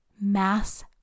Mass